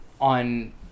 on